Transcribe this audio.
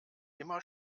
immer